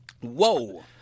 Whoa